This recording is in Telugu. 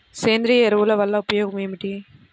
సేంద్రీయ ఎరువుల వల్ల ఉపయోగమేమిటీ?